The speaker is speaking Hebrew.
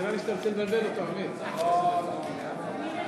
אנחנו